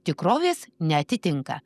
tikrovės neatitinka